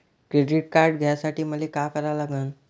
Credit card घ्यासाठी मले का करा लागन?